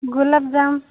gulab jamun